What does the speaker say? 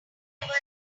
hammer